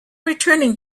returning